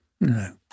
No